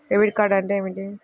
Debit card అంటే ఏమిటి?